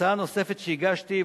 הצעה נוספת שהגשתי,